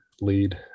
lead